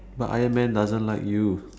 but iron man doesn't like you